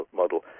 model